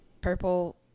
purple